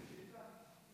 שתי שאילתות.